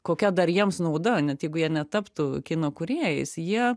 kokia dar jiems nauda net jeigu jie netaptų kino kūrėjais jie